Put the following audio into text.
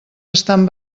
estan